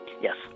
Yes